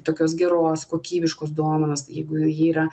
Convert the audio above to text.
tokios geros kokybiškos duonos jeigu ji yra